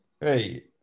Hey